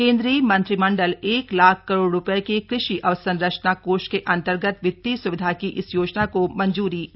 केन्द्रीय मंत्रिमंडल एक लाख करोड़ रुपये के कृषि अवसंरचना कोष के अंतर्गत वित्तीय सुविधा की इस योजना को मंजूरी दे चुका है